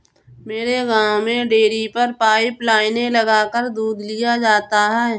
मेरे गांव में डेरी पर पाइप लाइने लगाकर दूध लिया जाता है